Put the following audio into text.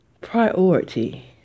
priority